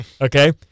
Okay